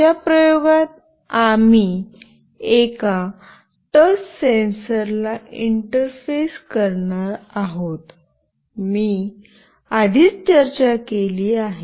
आजच्या प्रयोगात आम्ही एका टच सेन्सर ला इंटरफेस करणार आहोत मी आधीच चर्चा केली आहे